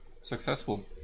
successful